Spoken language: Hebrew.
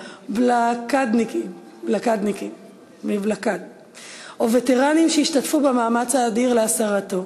בלוקדניקים או וטרנים שהשתתפו במאמץ האדיר להסרתו.